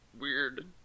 weird